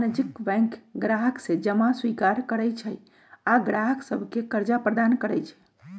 वाणिज्यिक बैंक गाहक से जमा स्वीकार करइ छइ आऽ गाहक सभके करजा प्रदान करइ छै